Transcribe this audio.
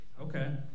Okay